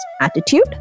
Attitude